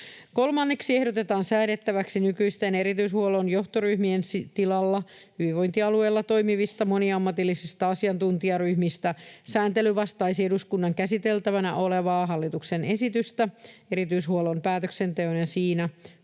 Kolmanneksi ehdotetaan säädettäväksi nykyisten erityishuollon johtoryhmien tilalla hyvinvointialueilla toimivista moniammatillisista asiantuntijaryhmistä. Sääntely vastaisi eduskunnan käsiteltävänä olevaa hallituksen esitystä erityishuollon päätöksenteon ja siinä